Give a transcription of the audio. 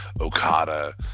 Okada